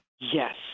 Yes